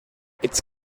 its